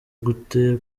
gute